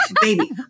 baby